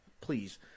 please